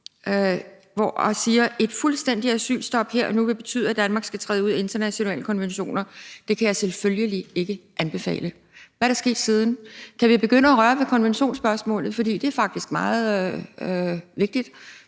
og sagde: Et fuldstændigt asylstop her og nu vil betyde, at Danmark skal træde ud af internationale konventioner. Det kan jeg selvfølgelig ikke anbefale. Hvad er der sket siden? Kan vi begynde at røre ved konventionsspørgsmålet, for det er faktisk meget vigtigt